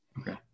Okay